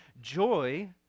joy